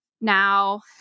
Now